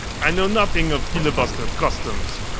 i know nothing of filibuster customs.